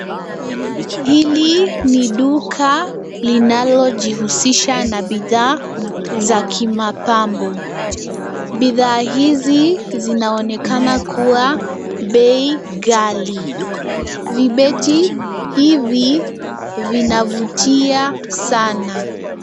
Hili ni duka linalojihusisha na bidhaa za kimapambo. Bidhaa hizi zinaonekana kuwa bei ghali. Vibeti hivi vinavutia sana.